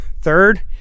Third